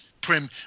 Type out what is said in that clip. prim